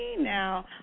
Now